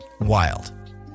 wild